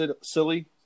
silly